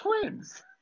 twins